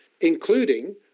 including